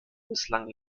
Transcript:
bislang